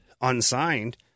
unsigned